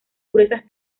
gruesas